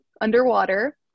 underwater